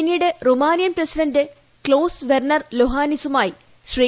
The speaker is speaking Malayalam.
പിന്നീട് റുമാനിയൻ പ്രസിഡന്റ് ക്ലോസ് വെർണർ ലൊഹാനിസ്സുമായി ശ്രീ